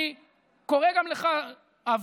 אני קורא גם לך, אבי: